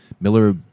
Miller